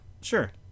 sure